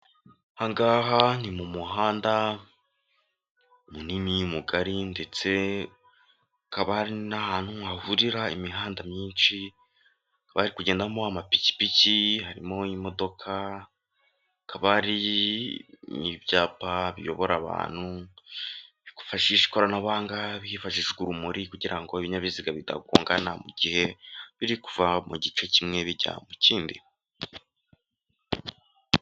Aha ngaha ni mu muhanda munini, mugari ndetse hakaba hari n'ahantu hahurira imihanda myinshi bari kugendamo amapikipiki harimo imodoka hakaba hari n'ibyapa biyobora abantu bigufashisha ikoranabuhanga byifajije urumuri kugirango ibinyabiziga bitagongana mu gihe biri kuva mu gice kimwe bijya mu kindi.